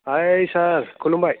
ओइ सार खुलुमबाय